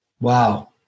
wow